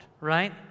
right